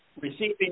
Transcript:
receiving